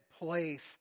placed